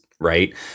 right